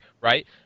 right